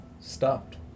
stopped